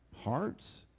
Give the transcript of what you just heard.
Hearts